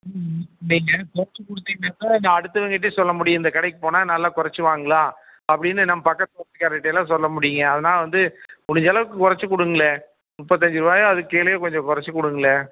ம் நீங்கள் கொறைச்சி கொடுத்தீங்கன்னாக்கா கொஞ்சம் அடுத்தவங்ககிட்டேயும் சொல்ல முடியும் இந்த கடைக்கு போனால் நல்லா கொறைச்சி வாங்கலாம் அப்படின்னு நம்ம பக்கத்து வீட்டுக்காரருகிட்டையெல்லாம் சொல்ல முடியும்ங்க அதனால் வந்து முடிஞ்சளவுக்கு கொறைச்சி கொடுங்களேன் முப்பத்தஞ்சிரூவாயோ அதுக்கு கீழேயோ கொஞ்சம் கொறைச்சி கொடுங்களேன்